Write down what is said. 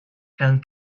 can